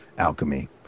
Alchemy